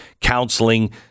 counseling